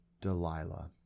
Delilah